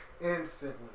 instantly